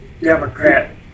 Democrat